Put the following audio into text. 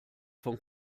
von